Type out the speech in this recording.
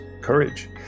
courage